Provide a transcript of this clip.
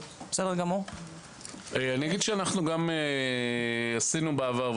אנחנו גם עשינו בעבר,